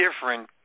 different